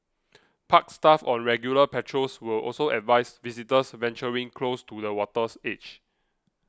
park staff on regular patrols will also advise visitors venturing close to the water's edge